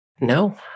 No